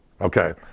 Okay